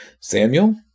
Samuel